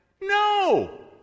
No